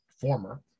former